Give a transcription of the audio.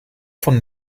von